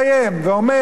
רוב רובם,